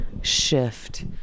shift